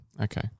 Okay